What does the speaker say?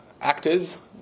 actors